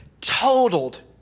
totaled